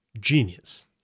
genius